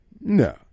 No